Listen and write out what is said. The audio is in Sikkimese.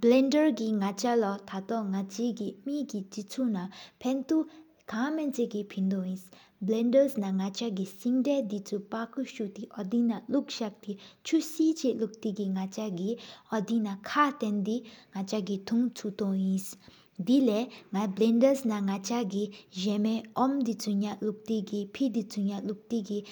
བླན་ཌར་གི་ཐ་ཏོ་ནག་ཅི་མེ་གི་ཆེག་ཆོ་ན་། ཕན་ཏུ་ཁ་མེན་ཅ་གི་ཕེན་དོ་ཨིན། བླན་ཌར་ན་ནག་ཅ་གི་སིན་ད་དི་གཅུ་པག་པོ་སུག་ཏེ། ཨོ་དེ་ན་ཤ་ཀླུག་འཛག་པེ་ཅུ་གསེ་ཆི་ནག་ཅ་གི་ཀླུག། ཟག་ཏེ་གི་ཨོ་དི་ན་ཁག་ཐེན་དྲི་ཐུང་ཅུ་ཐོ་ཨིན། དེ་ལའི་ནག་ཅ་གི་བླན་ཌར་ན་ཟེ་མ་ཨོ་མ་དི་གཅུ། ཡང་ལུགས་ཏི་གི་ཕེ་དི་གཅུ་ཡ་ཀླུགས་ཡི་གི་།